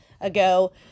ago